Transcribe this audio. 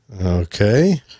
Okay